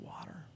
water